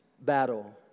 battle